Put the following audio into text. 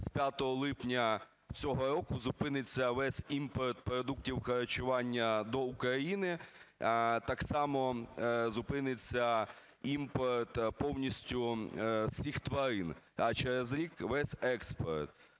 з 5 липня цього року зупиниться весь імпорт продуктів харчування до України, так само зупиниться імпорт повністю всіх тварин, а через рік – весь експорт.